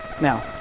Now